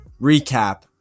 recap